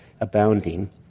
abounding